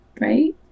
right